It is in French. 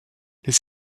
les